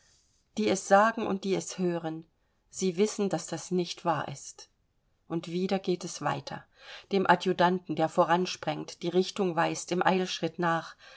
die es sagen und die es hören sie wissen daß das nicht wahr ist und wieder geht es weiter dem adjutanten der voransprengend die richtung weist im eilschritt nach